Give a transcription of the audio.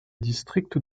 district